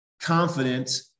confident